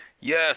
Yes